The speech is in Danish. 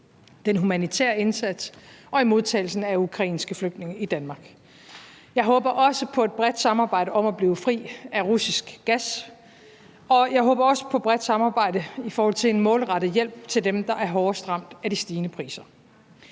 den humanitære indsats og modtagelsen af ukrainske flygtninge i Danmark. Jeg håber også på et bredt samarbejde om at blive fri af russisk gas, og jeg håber også på et bredt samarbejde i forhold til en målrettet hjælp til dem, der er hårdest ramt af de stigende priser.